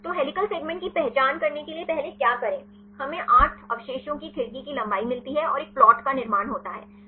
तो helical segment की पहचान करने के लिए कि पहले क्या करें हमें 8 अवशेषों की खिड़की की लंबाई मिलती है और एक प्लाट का निर्माण होता है